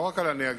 לא רק על הנהגים,